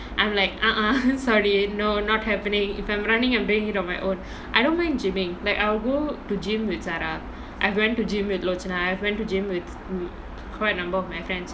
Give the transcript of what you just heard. I'm like ah ah sorry no not happening if I'm running I'm doing it on my own I don't mind gymming like I'll go to gym with zarah I went to gym with lochana I've went to gym with quite a number of my friends